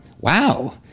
wow